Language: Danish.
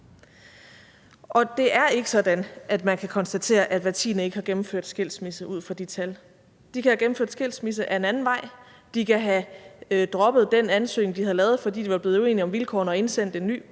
og det er ikke sådan, at man ud fra de tal kan konstatere, at hver tiende ikke har gennemført en skilsmisse. De kan have gennemført en skilsmisse ad en anden vej. De kan have droppet den ansøgning, de havde lavet, fordi de var blevet uenige om vilkårene, og indsendt en ny.